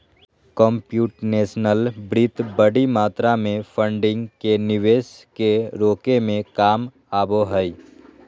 computational वित्त बडी मात्रा में फंडिंग के निवेश के रोके में काम आबो हइ